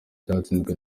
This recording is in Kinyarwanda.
cyatsinzwe